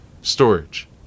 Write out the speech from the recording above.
storage